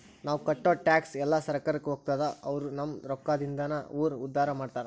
ನಾವ್ ಕಟ್ಟೋ ಟ್ಯಾಕ್ಸ್ ಎಲ್ಲಾ ಸರ್ಕಾರಕ್ಕ ಹೋಗ್ತದ ಅವ್ರು ನಮ್ ರೊಕ್ಕದಿಂದಾನ ಊರ್ ಉದ್ದಾರ ಮಾಡ್ತಾರಾ